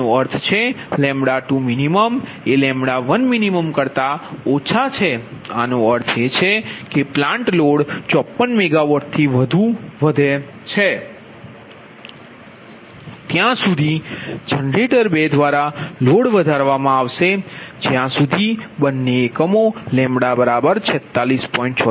આનો અર્થ એ છે કેપ્લાન્ટ લોડ 54 મેગાવોટથી વધુ વધે છે ત્યાં સુધી જનરેટર 2 દ્વારા લોડ વધારવામાં આવશે જ્યા સુધી બંને એકમોમાં λ 46